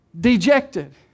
dejected